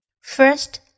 First